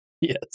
Yes